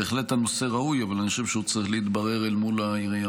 בהחלט הנושא ראוי אבל אני חושב שהוא צריך להתברר אל מול העירייה.